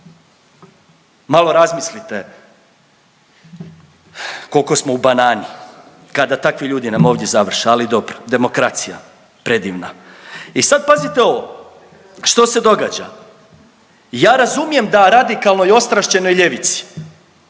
Malo razmislite koliko smo u banani kada takvi ljudi nam ovdje završe. Ali dobro demokracija, predivna. I sad pazite ovo, što se događa. Ja razumijem da radikalnoj i ostrašćenoj ljevici